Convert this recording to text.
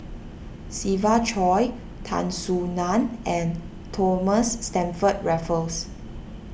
Siva Choy Tan Soo Nan and Thomas Stamford Raffles